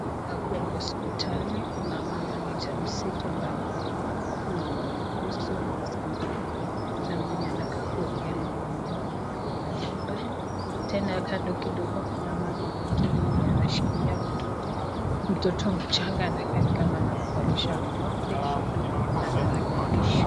Hapa ni hospitali, kuna mama mjamzito ambaye amesimama, kuna wauguzi wamesimama. Kuna mwenye anakaa kuongea na huyu mama mwenye ako na mimba, tena kando kidogo kuna mama mwingine mwenye anashikilia mtoto, mtoto mchanga, anakaa ni kama anamvalisha nguo, mbele kidogo kuna tarakilishi.